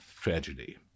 tragedy